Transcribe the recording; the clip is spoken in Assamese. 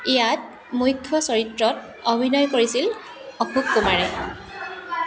ইয়াত মুখ্য চৰিত্ৰত অভিনয় কৰিছিল অশোক কুমাৰে